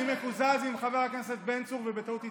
אני מקוזז עם חבר הכנסת בן צור ובטעות הצבעתי.